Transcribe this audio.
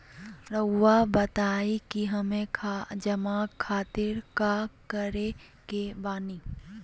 रहुआ बताइं कि हमें जमा खातिर का करे के बानी?